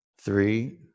three